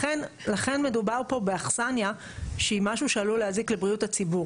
לכן מדובר פה באכסניה שהיא משהו שעלול להזיק לבריאות הציבור.